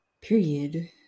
period